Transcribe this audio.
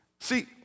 See